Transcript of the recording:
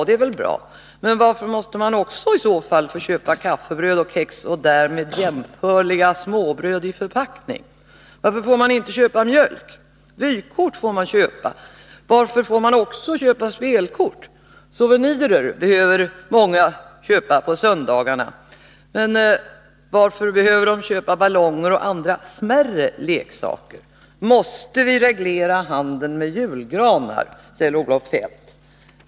Det är väl bra, men varför får man också köpa kaffebröd och kex och därmed jämförliga småbröd i förpackning? Varför får man inte köpa mjölk? Vykort får man köpa, men varför också spelkort? Souvenirer kan många behöva köpa på söndagar, men varför behöver de köpa ballonger och andra smärre leksaker? Måste handeln med julgranar regleras, Kjell-Olof Feldt?